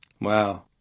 Wow